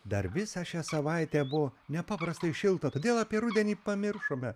dar visą šią savaitę buvo nepaprastai šilta todėl apie rudenį pamiršome